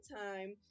time